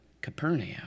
Capernaum